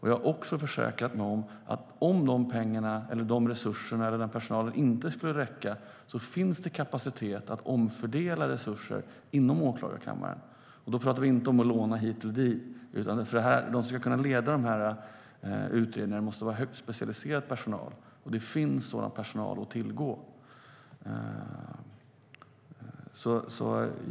Jag har också försäkrat mig om att det ifall pengarna, resurserna eller personalen inte skulle räcka finns kapacitet för att omfördela resurser inom Åklagarmyndigheten. Då talar vi inte om att låna hit eller dit. De som ska kunna leda utredningarna måste vara högt specialiserad personal, och det finns sådan personal att tillgå.